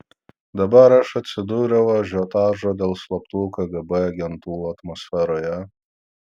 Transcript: dabar aš atsidūriau ažiotažo dėl slaptų kgb agentų atmosferoje